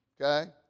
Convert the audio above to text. okay